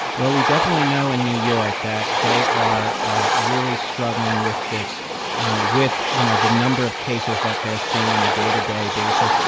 well, we definitely know in new york that they are ah really struggling with this with, you know, the number of cases that they're seeing on a day-to-day basis.